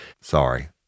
Sorry